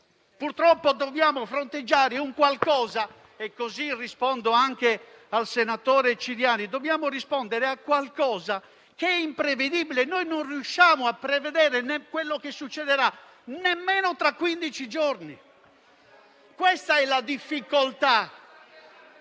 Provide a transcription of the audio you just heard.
purtroppo dobbiamo fronteggiare qualcosa - così rispondo anche al senatore Ciriani - che è imprevedibile: non riusciamo a prevedere a quello che succederà nemmeno tra quindici giorni. Questa è la difficoltà.